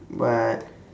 but